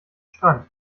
strand